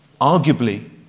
Arguably